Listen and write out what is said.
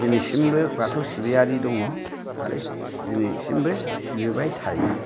दिनैसिमबो बाथौ सिबियारि दङ आरो दिनैसिमबो सिबिबाय थायो